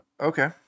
Okay